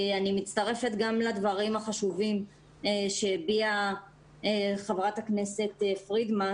אני מצטרפת גם לדברים החשובים שהביעה חברת הכנסת פרידמן.